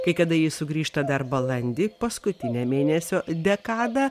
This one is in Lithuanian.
kai kada ji sugrįžta dar balandį paskutinę mėnesio dekadą